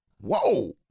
Whoa